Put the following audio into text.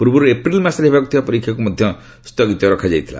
ପୂର୍ବରୁ ଏପ୍ରିଲ୍ ମାସରେ ହେବାକୁ ଥିବା ପରୀକ୍ଷାକୁ ମଧ୍ୟ ସ୍ଥୁଗିତ ରଖାଯାଇଥିଲା